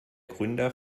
gründer